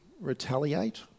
retaliate